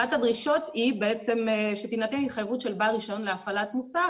אחת הדרישות היא בעצם שתינתן התחייבות של בעל רישיון להפעלת מוסך